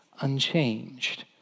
unchanged